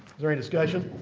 there any discussion?